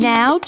Now